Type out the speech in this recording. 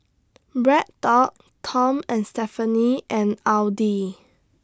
BreadTalk Tom and Stephanie and Audi